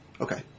Okay